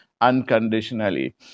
unconditionally